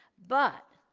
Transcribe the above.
but,